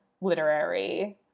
literary